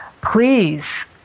Please